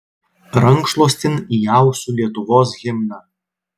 rankšluostin įausiu lietuvos himną